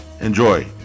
enjoy